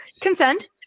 consent